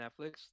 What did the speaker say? Netflix